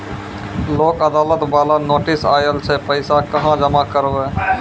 लोक अदालत बाला नोटिस आयल छै पैसा कहां जमा करबऽ?